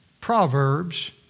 Proverbs